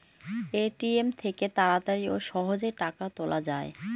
ATM থেকে তাড়াতাড়ি ও সহজেই টাকা তোলা যায়